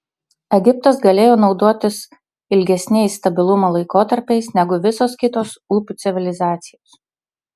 egiptas galėjo naudotis ilgesniais stabilumo laikotarpiais negu visos kitos upių civilizacijos